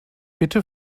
bitte